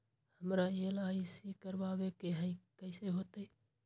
हमरा एल.आई.सी करवावे के हई कैसे होतई?